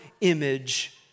image